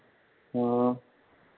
हाँ